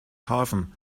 hafen